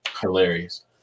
hilarious